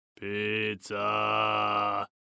Pizza